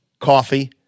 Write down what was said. coffee